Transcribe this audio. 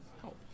help